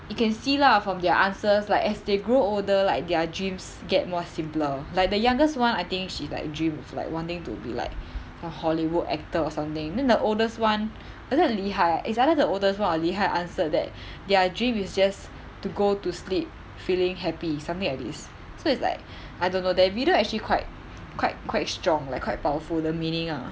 you can see lah from their answers like as they grow older like their dreams get more simpler like the youngest [one] I think she like dream of like wanting to be like a holly wood actor or something then the oldest [one] 很像 lee hi is either the oldest [one] or lee hi answered that their dream is just to go to sleep feeling happy something like this so it's like I don't know that video actually quite quite quite strong like quite powerful the meaning ah